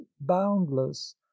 boundless